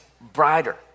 brighter